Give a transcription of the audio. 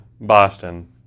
Boston